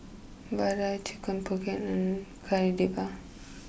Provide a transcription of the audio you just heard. Vadai Chicken pocket and Kari Debal